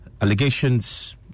Allegations